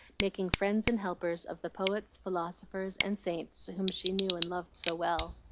making friends and helpers of the poets, philosophers, and saints whom she knew and loved so well.